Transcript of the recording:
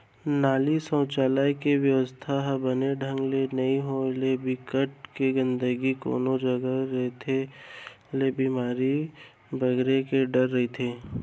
नाली, सउचालक के बेवस्था ह बने ढंग ले नइ होय ले, बिकट के गंदगी कोनो जघा रेहे ले बेमारी बगरे के डर रहिथे